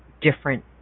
different